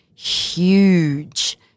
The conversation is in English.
Huge